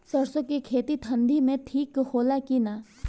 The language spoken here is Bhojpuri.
सरसो के खेती ठंडी में ठिक होला कि ना?